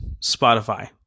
Spotify